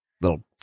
little